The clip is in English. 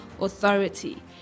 authority